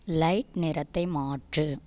light நிறத்தை மாற்று